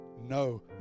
no